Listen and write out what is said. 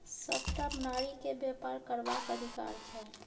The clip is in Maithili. सभटा नारीकेँ बेपार करबाक अधिकार छै